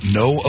no